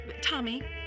Tommy